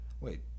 wait